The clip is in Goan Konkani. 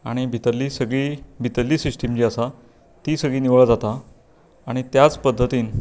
आनी भितरली सगळीं भितरली सिस्टिम जी आसा ती सगळीं निवळ जाता आनी त्याच पद्दतीन